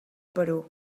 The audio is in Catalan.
perú